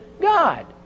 God